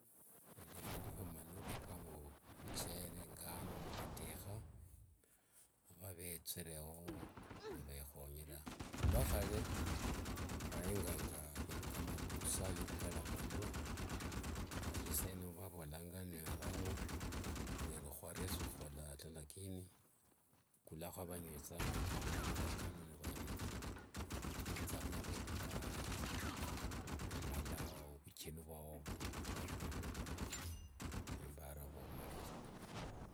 Nende phindu fya mumaluka kama muchere, ngano nivatekha, vava vethere nivekhonyera. Oluakhale khuayengenga shindu kama busa nikali amalwa ngawaje isaino vavolanga n kharamu, rero khuaria, khukulanga kamumaluka kano nivanywa nikhuvutha navo vulai. Nomalao vucheni vwao vuokhwivulwa. Embara ova omarire.